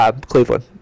Cleveland